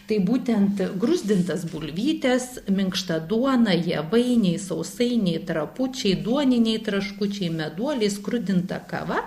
tai būtent gruzdintas bulvytes minkšta duona javainiai sausainiai trapučiai duoniniai traškučiai meduoliai skrudinta kava